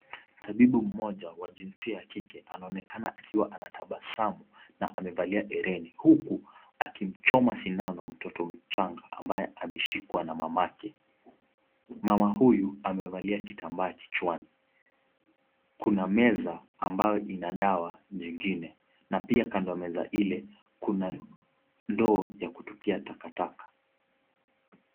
Tabibu mmoja wa jinsia ya kike anaonekana akiwa anatabasamu na amevalia hereni huku akimchoma sindano mtoto mchanga ambaye ameshikwa na mamake. Mama huyu amevalia kitambaa kichwani. Kuna meza ambayo ina dawa jingine na pia kando ya meza ile kuna ndoo ya kutupia takataka.